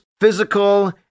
physical